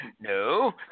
no